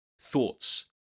Thoughts